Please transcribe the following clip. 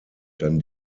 dann